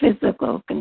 physical